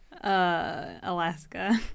Alaska